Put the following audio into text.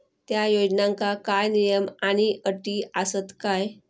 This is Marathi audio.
त्या योजनांका काय नियम आणि अटी आसत काय?